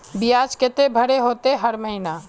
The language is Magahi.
बियाज केते भरे होते हर महीना?